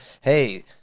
hey –